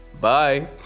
bye